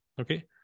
Okay